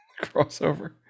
crossover